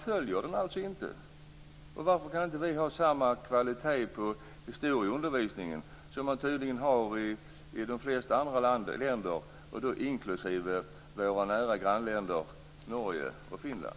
Följer man den alltså inte? Varför kan inte vi ha samma kvalitet på historieundervisningen som man tydligen har i de flesta andra länder, inklusive våra nära grannländer Norge och Finland?